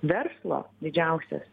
verslo didžiausias